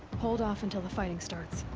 hold off until the fighting starts.